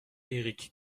éric